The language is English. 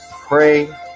pray